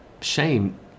shame